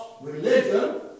religion